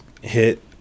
hit